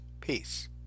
Peace